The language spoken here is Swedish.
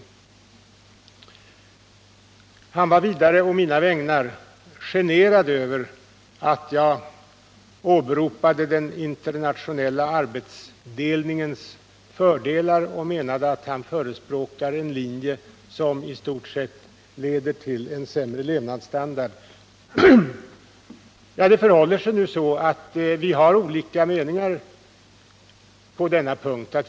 Jörn Svensson var vidare å mina vägnar generad över att jag åberopade den internationella arbetsdelningens fördelar och att jag menade att han förespråkade en linje som i stort sett leder till en sämre levnadsstandard. Ja, vi har olika meningar på den punkten.